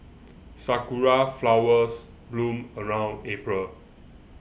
sakura flowers bloom around April